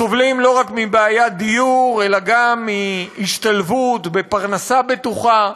סובלים לא רק מבעיית דיור אלא גם מחוסר השתלבות בפרנסה בטוחה,